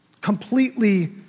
Completely